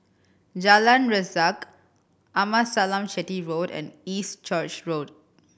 Jalan Resak Amasalam Chetty Road and East Church Road